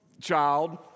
child